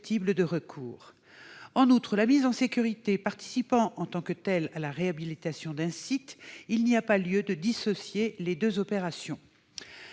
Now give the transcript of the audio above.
de recours. En outre, la mise en sécurité participant en tant que telle à la réhabilitation d'un site, il n'y a pas lieu de dissocier ces deux opérations.